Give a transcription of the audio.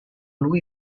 lui